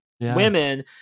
women